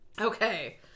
Okay